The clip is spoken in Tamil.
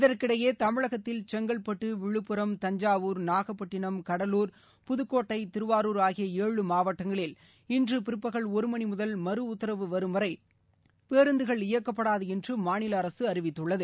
இதற்கிடையே தமிழகத்தில் செங்கல்பட்டு விழுப்புரம் தஞ்சாவூர் நாகப்பட்டினம் கடலூர் புதுக்கோட்டை திருவாரூர் ஆகிய ஏழு மாவட்டங்களில் இன்று பிற்பகல் ஒரு மணி முதல் மறு உத்தரவு வரும் வரை பேருந்துகள் இயக்கப்படாது என்று மாநில அரசு அறிவித்துள்ளது